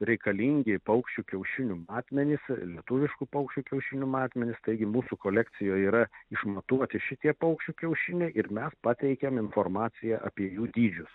reikalingi paukščių kiaušinių akmenys lietuviškų paukščių kiaušinių matmenys taigi mūsų kolekcijoj yra išmatuoti šitie paukščių kiaušiniai ir mes pateikiam informaciją apie jų dydžius